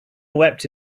wept